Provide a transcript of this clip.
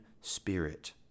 spirit